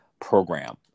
program